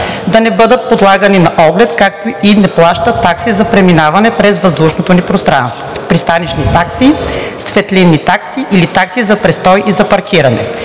да не бъдат подлагани на оглед, както и не плащат такси за преминаване през въздушното ни пространство, пристанищни такси, светлинни такси или такси за престой и за паркиране.